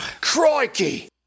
Crikey